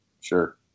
Sure